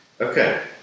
Okay